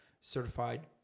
certified